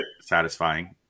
satisfying